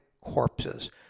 corpses